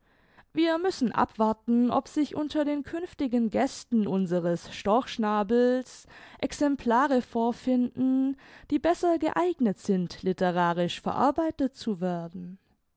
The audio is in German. wir müssen abwarten ob sich unter den künftigen gästen unseres storchschnabels exemplare vorfinden die besser geeignet sind litterarisch verarbeitet zu werden